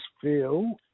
feel